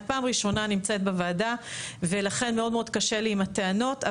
את פעם ראשונה נמצאת בוועדה ולכן מאוד קשה לי עם הטענות,